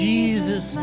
Jesus